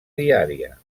diària